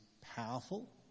powerful